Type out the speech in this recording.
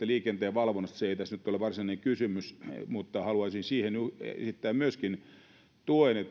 liikenteenvalvonnasta se ei tässä nyt ole varsinainen kysymys mutta haluaisin siihen esittää myöskin tuen